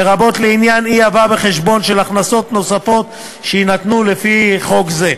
לרבות לעניין אי-הבאה בחשבון של הכנסות נוספות שיינתנו לפי חוק זה.